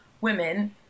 women